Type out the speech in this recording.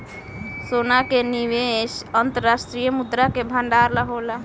सोना के निवेश अंतर्राष्ट्रीय मुद्रा के भंडारण ला होला